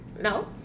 No